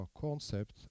concept